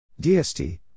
DST